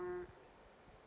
um